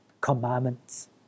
commandments